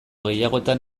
gehiagotan